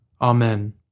Amen